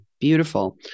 Beautiful